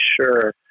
sure